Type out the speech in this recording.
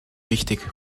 wichtig